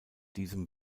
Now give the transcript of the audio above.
diesem